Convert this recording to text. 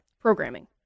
programming